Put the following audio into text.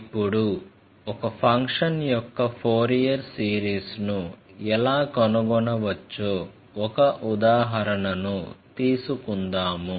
ఇప్పుడు ఒక ఫంక్షన్ యొక్క ఫోరియర్ సిరీస్ను ఎలా కనుగొనవచ్చో ఒక ఉదాహరణను తీసుకుందాము